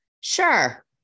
Sure